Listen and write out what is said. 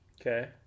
Okay